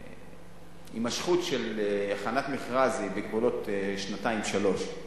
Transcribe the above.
הימשכות של הכנת מכרז היא בגבולות שנתיים, שלוש,